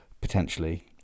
potentially